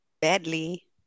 badly